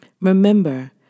Remember